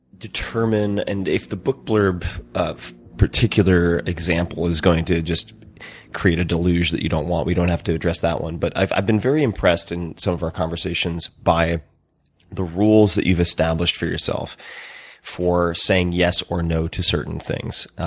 determine and if the book blurb of a particular example is going to just create a deluge that you don't want? we don't have to address that one but i've i've been very impressed in some of our conversations by the rules that you've established for yourself for saying yes or no to certain things.